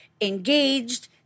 engaged